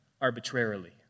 arbitrarily